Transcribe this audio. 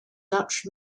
dutch